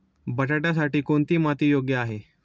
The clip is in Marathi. बटाट्यासाठी कोणती माती योग्य आहे?